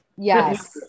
yes